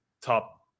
top